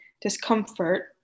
discomfort